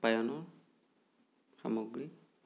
পানীয় সামগ্ৰী